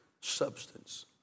substance